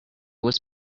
was